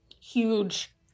huge